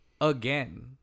again